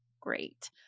great